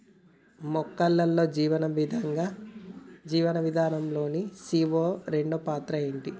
మొక్కల్లో జీవనం విధానం లో సీ.ఓ రెండు పాత్ర ఏంటి?